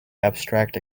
abstract